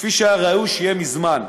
כפי שהיה ראוי שיהיה מזמן.